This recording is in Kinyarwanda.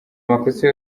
makosa